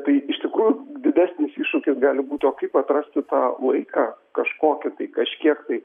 tai iš tikrųjų didesnis iššūkis gali būt o kaip atrasti tą laiką kažkokį tai kažkiek tai